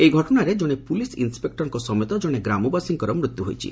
ଏହି ଘଟଣାରେ ଜଣେ ପୁଲିସ୍ ଇନ୍ନପେକ୍ରଙ୍କ ସମେତ ଜଣେ ଗ୍ରାମବାସୀଙ୍କର ମୃତ୍ୟୁ ହୋଇଛି